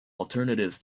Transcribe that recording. alternatives